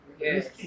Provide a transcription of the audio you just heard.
yes